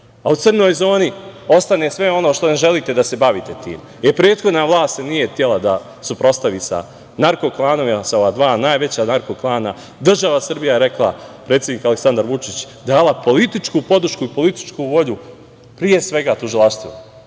a u crnoj zoni ostane sve ono čime ne želite da se bavite, jer prethodna vlast nije htela da se suprotstavi narko-klanovima, sa ova dva najveća narko-klana. Država Srbija je rekla, predsednik Aleksandar Vučić, dala političku podršku i političku volju, pre svega, tužilaštvu